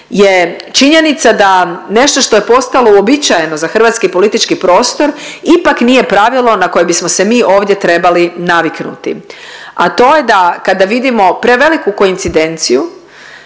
je činjenica da nešto što je postalo uobičajeno za hrvatski politički prostor ipak nije pravilo na koje bismo se mi ovdje trebali naviknuti, a to je da kada vidimo preveliku koincidenciju